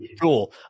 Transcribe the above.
Cool